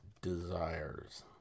desires